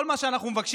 כל מה שאנחנו מבקשים,